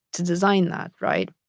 to design that, right?